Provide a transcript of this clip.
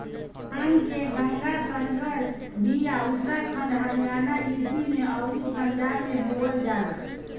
धान के गंगा संकर बिया उत्तराखंड हरियाणा, यू.पी अउरी पंजाब में बोअल जाला